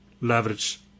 leverage